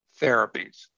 therapies